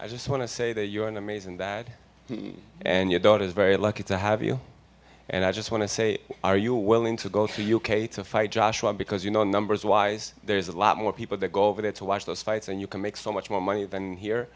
i just want to say that you are an amazing that and your daughter is very lucky to have you and i just want to say are you willing to go to u k to fight josh because you know numbers wise there's a lot more people that go over there to watch those fights and you can make so much more money than here